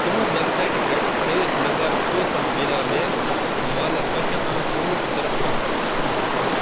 تُہنٛزِ ویب سایٹہٕ پٮ۪ٹھ ہٲیِتھ مٮ۪قدار کھۄتہٕ مِلٮ۪و مےٚ مالاز کچچا آم فرٛوٗٹ سِرپ کم